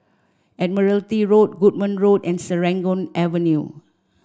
Admiralty Road Goodman Road and Serangoon Avenue